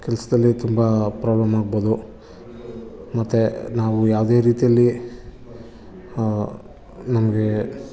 ಕೆಲಸದಲ್ಲಿ ತುಂಬ ಪ್ರಾಬ್ಲೆಮ್ ಆಗ್ಬೌದು ಮತ್ತೆ ನಾವು ಯಾವುದೇ ರೀತಿಯಲ್ಲಿ ನಮಗೆ